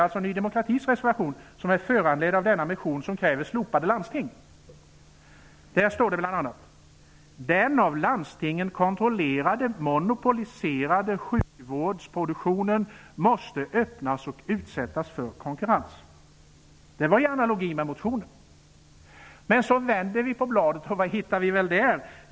I Ny demokratis reservation som är föranledd av denna motion där man kräver slopade landsting står bl.a.: ''Den av landstingen kontrollerade monopoliserade sjukvårdsproduktionen måste öppnas och utsättas för konkurrenspress.'' Det är i analogi med motionen. Men så vänder vi på bladet, och vad hittar vi väl där?